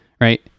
Right